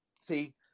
See